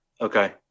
Okay